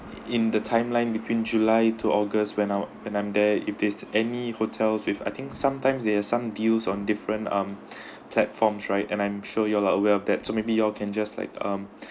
in the timeline between july to august when I'll when I'm there if there is any hotels with I think sometimes they have some deals on different um platforms right and I'm sure you all are aware of that so maybe you all can just like um